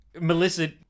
Melissa